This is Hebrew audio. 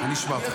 שמע,